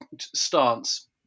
stance